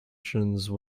sanctions